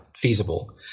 feasible